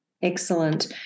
Excellent